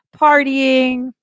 partying